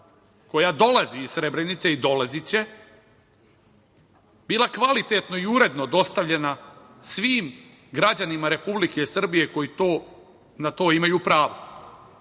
koja dolazi iz Srebrenice i dolaziće, bila kvalitetno i uredno dostavljena svim građanima Republike Srbije koji na to imaju pravo,